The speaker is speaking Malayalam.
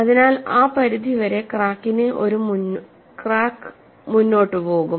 അതിനാൽ ആ പരിധി വരെ ക്രാക്ക് ഒരു മുന്നോട്ടു പോകും